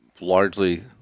largely